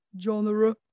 Genre